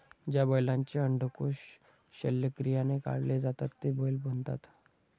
ज्या बैलांचे अंडकोष शल्यक्रियाने काढले जातात ते बैल बनतात